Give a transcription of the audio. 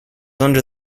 under